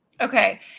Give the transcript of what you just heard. Okay